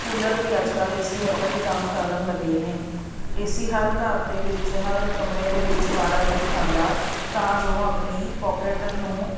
cooler ਵੀ ਅੱਜ ਕੱਲ੍ਹ ਏ ਸੀ ਵਰਗਾ ਹੀ ਕੰਮ ਕਰਨ ਲੱਗੇ ਨੇ ਏ ਸੀ ਹਰ ਘਰ ਦੇ ਵਿੱਚ ਹਰ ਕਮਰੇ ਦੇ ਵਿੱਚ ਵਾਰਾ ਨਹੀਂ ਖਾਂਦਾ ਤਾਂ ਜੋ ਆਪਣੀ ਪੋਕਿਟ ਨੂੰ